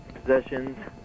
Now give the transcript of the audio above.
possessions